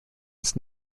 its